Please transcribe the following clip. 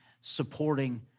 supporting